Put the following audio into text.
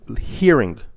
hearing